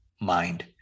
mind